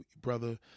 brother